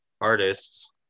artists